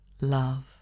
love